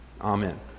Amen